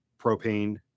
propane